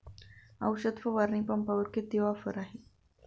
औषध फवारणी पंपावर किती ऑफर आहे?